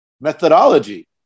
methodology